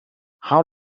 how